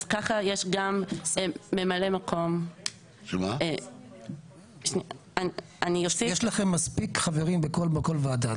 אז ככה יש גם ממלאי מקום --- יש לכם מספיק חברים בכל ועדה,